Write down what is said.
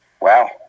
Wow